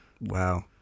Wow